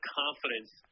confidence